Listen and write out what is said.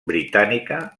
britànica